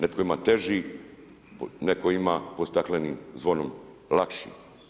Netko ima teži, netko ima pod staklenim zvonom lakši.